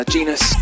Genus